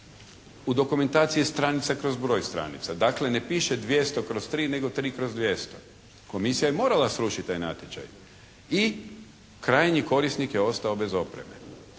u dokumentaciji je stranica kroz broj stranica. Dakle, ne piše 200 kroz 3, nego 3 kroz 200. Komisija je morala srušiti taj natječaj i krajnji korisnik je ostao bez opreme.